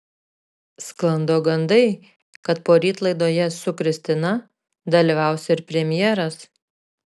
sklando gandai kad poryt laidoje su kristina dalyvaus ir premjeras